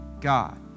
God